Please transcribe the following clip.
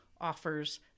offers